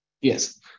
Yes